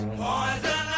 poison